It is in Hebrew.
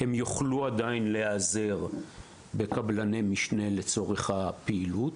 הם עדיין יוכלו להיעזר בקבלני משנה לצורך הפעילות.